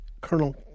Colonel